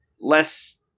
less